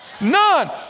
None